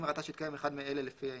אם ראתה שהתקיים אחד מאלה, לפי העניין: